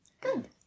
Good